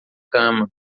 cama